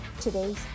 today's